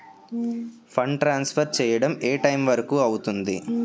Fund transfer చేయడం ఏ time వరుకు అవుతుంది?